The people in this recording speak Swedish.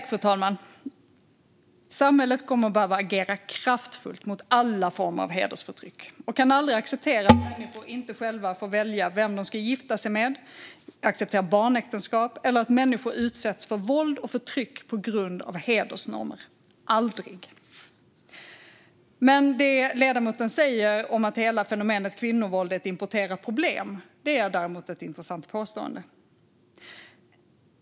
Fru talman! Samhället kommer att behöva agera kraftfullt mot alla former av hedersförtryck och kan aldrig acceptera att människor inte själva får välja vem de ska gifta sig med, barnäktenskap eller att människor utsätts för våld och förtryck på grund av hedersnormer. Aldrig. Det ledamoten säger om att hela fenomenet kvinnovåld är ett importerat problem är ett intressant påstående. Fru talman!